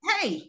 Hey